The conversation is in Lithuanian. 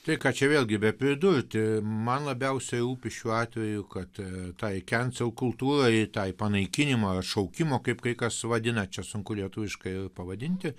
tai ką čia vėlgi bepridurti man labiausiai rūpi šiuo atveju kad tai kensel kultūrai ir tą panaikinimą ar atšaukimą kaip kai kas vadina čia sunku lietuviškai ir pavadinti